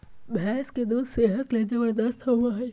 भैंस के दूध सेहत ले जबरदस्त होबय हइ